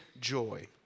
joy